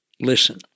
listen